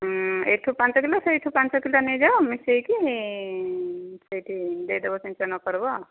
ଏଇଠୁ ପାଞ୍ଚ କିଲୋ ସେଇଠୁ ପାଞ୍ଚ କିଲୋ ନେଇଯାଅ ମିଶାଇକି ସେଠି ଦେଇଦେବ ସିଞ୍ଚନ କରିବ